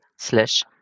slash